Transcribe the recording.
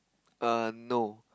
err no